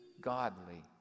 godly